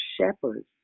shepherds